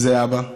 זה אבא.